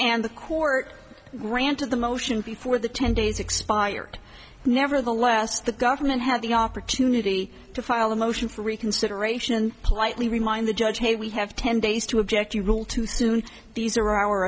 and the court granted the motion before the ten days expired nevertheless the government had the opportunity to file a motion for reconsideration and politely remind the judge hey we have ten days to object you rule too soon these are our